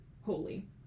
holy